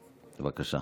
בבקשה.